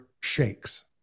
shakes